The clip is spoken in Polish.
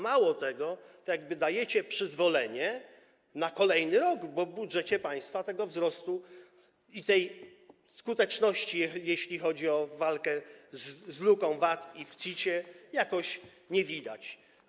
Mało tego, jakby dajecie przyzwolenie na kolejny rok, bo w budżecie państwa tego wzrostu i tej skuteczności, jeśli chodzi o walkę z luką w VAT i CIT, jakoś nie widać.